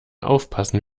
aufpassen